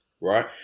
right